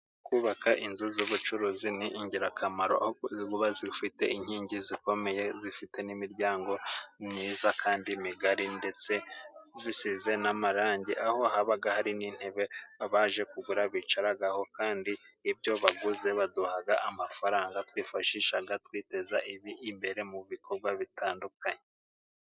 Kubaka inzu z'ubucuruzi ni ingirakamaro aho ini kuba zifite inkingi zikomeye, zifite n'imiryango myiza kandi migari ndetse zisize n'amarangi, aho haba hari n'intebe abaje kugura bicaraho kandi ibyo baguze baduha amafaranga twifashisha twiteza imbere mu bikorwa bitandukanye.